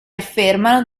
affermano